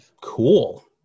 cool